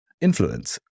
influence